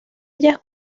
ellas